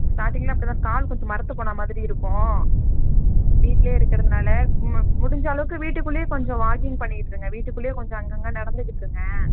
ஸ்டார்டிங்கில் அப்படி தான் இருக்கு கால் கொஞ்சம் மரத்து போன மாதிரி இருக்கும் வீட்லேயே இருக்கிறதுனால நம்ம முடிஞ்ச அளவுக்கு வீட்டுக்குள்ளே கொஞ்சம் வாக்கிங் பண்ணியிட்டுருங்க வீட்டுக்குள்ளே கொஞ்சம் அங்கங்கே நடந்துகிட்டுருங்க